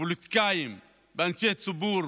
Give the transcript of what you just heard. ופוליטיקאים ואנשי ציבור